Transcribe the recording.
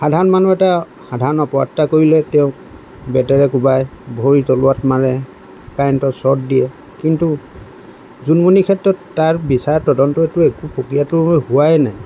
সাধাৰণ মানুহ এটা সাধাৰণ অপৰাধ এটা কৰিলে তেওঁক বেতেৰে কোবায় ভৰিৰ তলুৱাত মাৰে কাৰেণ্টৰ শ্বৰ্ট দিয়ে কিন্তু জোনমনিৰ ক্ষেত্ৰত তাৰ বিচাৰ তদন্তটো প্ৰক্ৰিয়াটো একো হোৱাই নাই